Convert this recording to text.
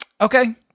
Okay